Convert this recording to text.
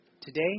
today